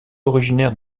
originaires